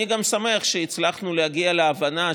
אני גם שמח שהצלחנו להגיע להבנה,